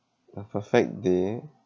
a perfect day